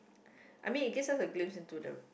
I mean it gives us a glimpse into the